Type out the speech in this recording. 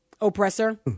oppressor